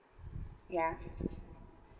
yeah